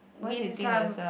win some